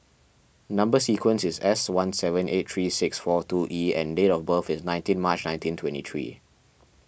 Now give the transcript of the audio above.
Number Sequence is S one seven eight three six four two E and date of birth is nineteen March nineteen twenty three